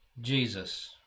Jesus